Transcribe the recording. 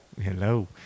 Hello